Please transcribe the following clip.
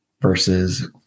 versus